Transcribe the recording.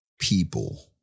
people